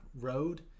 Road